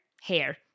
hair